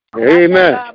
Amen